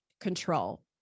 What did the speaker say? control